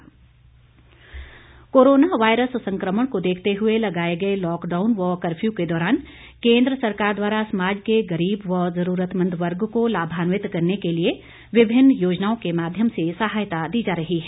गरीब कल्याण योजना कोरोना वायरस संक्रमण को देखते हुए लगाए गए लॉकडाउन व कफ़र्यू के दौरान केंद्र सरकार द्वारा समाज के गरीब व जरूरतमंद वर्ग को लाभान्वित करने के लिए विभिन्न योजनाओं के माध्यम से सहायता दी जा रही है